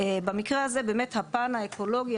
הנושא המרכזי הוא באמת הפן האקולוגי,